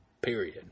Period